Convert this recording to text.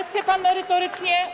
Chce pan merytorycznie?